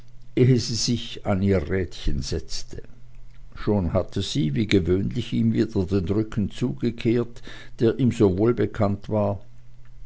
sie sich an ihr rädchen setzte schon hatte sie wie gewöhnlich ihm wieder den rücken zugekehrt der ihm so wohlbekannt war